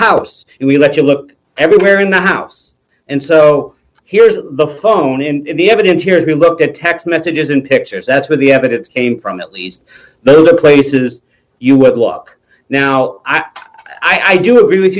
house and we let you look everywhere in the house and so here's the phone and the evidence here if you look at text messages in pictures that's where the evidence came from at least those are places you would look now i'm i do agree with